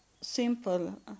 simple